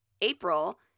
April